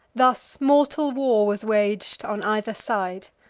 thus mortal war was wag'd on either side.